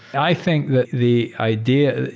i think that the idea,